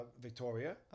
Victoria